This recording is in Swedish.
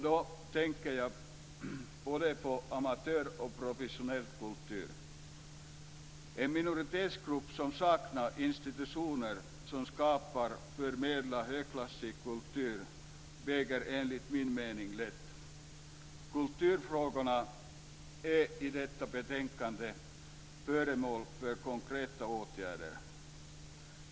Då tänker jag både på amatör och professionell kultur. En minoritetsgrupp som saknar institutioner som skapar och förmedlar högklassig kultur väger enligt min mening lätt. Kulturfrågorna är i detta betänkande föremål för få konkreta åtgärder.